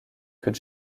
que